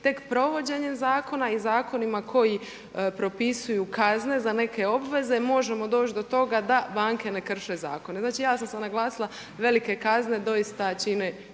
tek provođenjem zakona i zakonima koji propisuju kazne za neke obveze možemo doć do toga da banke ne krše zakone. Znači ja sam sad naglasila velike kazne doista čine